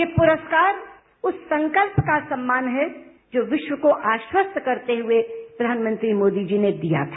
ये पुरस्कार उस संकल्प का सम्मान है जो विश्व को आश्वस्त करते हुए प्रधानमंत्री मोदी जी ने दिया था